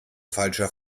falscher